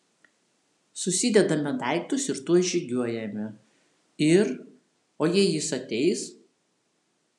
susidedame daiktus ir tuoj žygiuojame ir o jei jis ateis